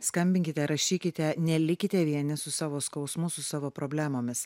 skambinkite rašykite nelikite vieni su savo skausmu su savo problemomis